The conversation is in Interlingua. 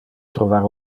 trovar